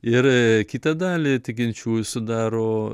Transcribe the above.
ir kitą dalį tikinčiųjų sudaro